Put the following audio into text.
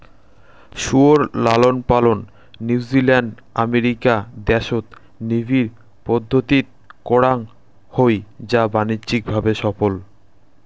শুয়োর লালনপালন New Zealand, America দ্যাশত নিবিড় পদ্ধতিত করাং হই যা বাণিজ্যিক ভাবে সফল